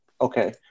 okay